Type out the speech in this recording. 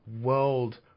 world